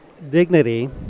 Dignity